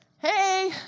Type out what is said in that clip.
Hey